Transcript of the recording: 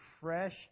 fresh